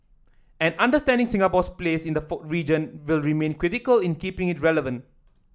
and understanding Singapore's place in the region will remain critical in keeping relevant